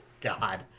God